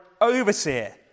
overseer